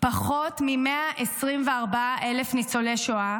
פחות מ-124,000 ניצולי שואה,